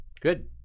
Good